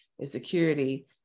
insecurity